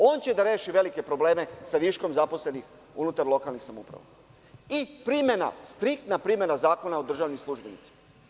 On će da reši velike probleme sa viškom zaposlenih unutar lokalnih samouprava i primena Zakona o državnim službenicima.